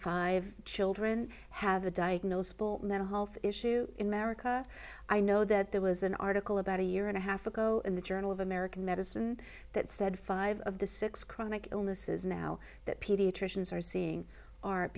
five children have a diagnosable mental health issue in america i know that there was an article about a year and a half ago in the journal of american medicine that said five of the six chronic illnesses now that pediatricians are seeing ar